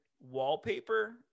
wallpaper